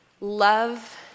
love